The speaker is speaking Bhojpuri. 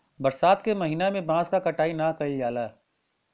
बरसात के महिना में बांस क कटाई ना कइल जाला